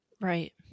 Right